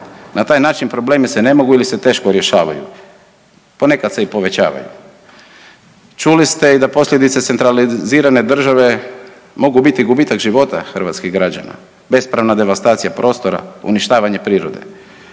Na taj način problemi se ne mogu ili se teško rješavaju. Ponekad se i povećavaju. Čuli ste i da posljedice centralizirane države mogu biti i gubitak života hrvatskih građana. Bespravna devastacija prostora, uništavanje prirode.